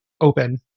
open